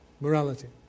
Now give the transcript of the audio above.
morality